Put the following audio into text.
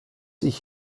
ich